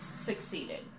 succeeded